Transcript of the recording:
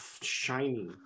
shiny